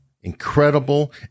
incredible